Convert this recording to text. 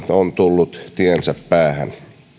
on tullut tiensä päähän